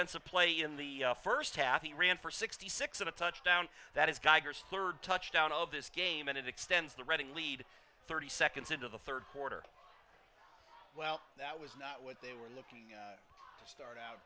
a play in the first half he ran for sixty six in a touchdown that is geiger's third touchdown of this game and it extends the reading lead thirty seconds into the third quarter well that was not what they were looking to start out